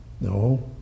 No